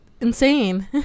insane